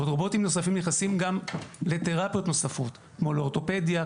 ועוד רובוטים נוספים נכנסים גם לתרפיות נוספות כמו לאורתופדיה,